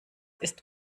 ist